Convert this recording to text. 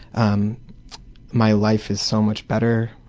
um my life is so much better,